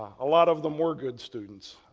a lot of them were good students.